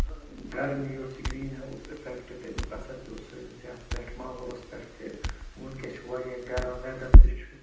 ٲں گرمی یُس یہِ گرٛیٖن ہاوُس اِفیٚکٹہٕ تَمیٛک اَثر پیٛوو سٲنِس یَتھ پٮ۪ٹھ ماحولَس پٮ۪ٹھ تہِ وُنٛکیٚس چھُ واریاہ گَرم ویٚدَر تہِ چھُ